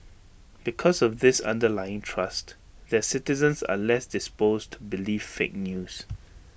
because of this underlying trust their citizens are less disposed to believe fake news